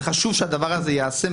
וחשוב שהדבר הזה ייעשה.